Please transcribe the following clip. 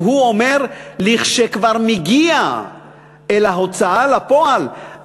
והוא אומר: לכשכבר מגיע אל ההוצאה לפועל,